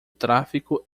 tráfego